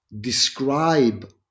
describe